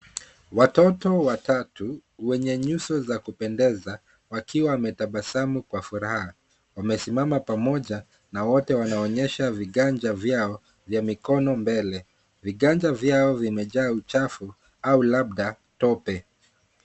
Watoto watatu wenye nyuso za kupendeza, wakiwa wametabasamu kwa furaha. Wamesimama pamoja na wote wanaonesha viganja vyao vya mikono mbele. Viganja vyao vimejaa uchafu au labda tope.